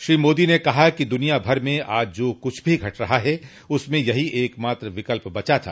श्री मोदी ने कहा कि दुनिया भर में आज जो कुछ भी घट रहा है उसमें यही एकमात्र विकल्प बचा था